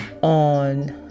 On